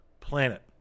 planet